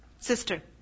sister